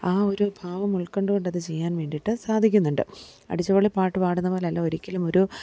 ആ ഒരു ഭാവം ഉൾക്കൊണ്ടുകൊണ്ടത് ചെയ്യാൻ വേണ്ടീട്ട് സാധിക്കുന്നുണ്ട് അടിച്ചുപൊളി പാട്ട് പാടുന്നപോലെയല്ല ഒരിക്കലും ഒരു